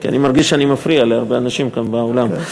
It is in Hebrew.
כי אני מרגיש שאני מפריע להרבה אנשים כאן באולם.